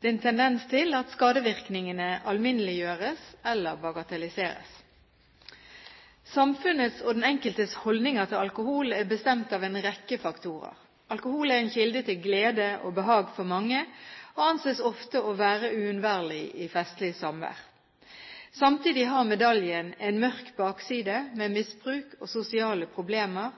Det er en tendens til at skadevirkningene alminneliggjøres eller bagatelliseres. Samfunnets og den enkeltes holdninger til alkohol er bestemt av en rekke faktorer. Alkohol er en kilde til glede og behag for mange, og anses ofte for å være uunnværlig i festlig samvær. Samtidig har medaljen en mørk bakside med misbruk og sosiale problemer,